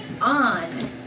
on